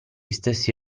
stessi